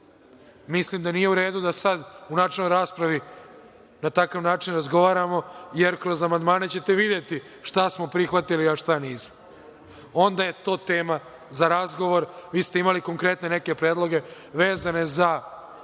mislim da nije u redu da sad u načelnoj raspravi na takav način razgovaramo, jer kroz amandmane ćete videti šta smo prihvatili, a šta nismo. Onda je to tema za razgovor. Vi ste imali konkretne neke predloge vezano za